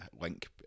link